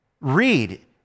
Read